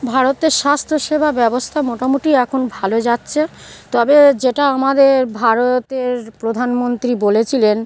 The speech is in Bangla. ভারতের স্বাস্থ্যসেবা ব্যবস্থা মোটামুটি এখন ভালো যাচ্ছে তবে যেটা আমাদের ভারতের প্রধানমন্ত্রী বলেছিলেন